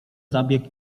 zabieg